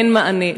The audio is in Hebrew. אין מענה,